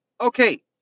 Okay